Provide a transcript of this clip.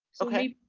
okay.